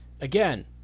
again